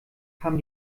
haben